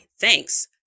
thanks